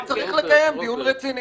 כן, צריך לקיים דיון רציני.